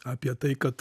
apie tai kad